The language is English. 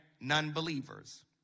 non-believers